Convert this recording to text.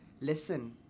listen